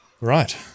right